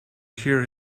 hear